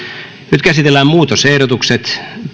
nyt käsitellään muutosehdotukset